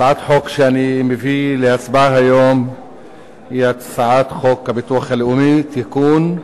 שאני מביא להצבעה היום היא הצעת חוק הביטוח הלאומי (תיקון,